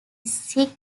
sick